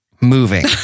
moving